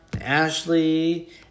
Ashley